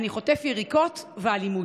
אני חוטף יריקות ואלימות.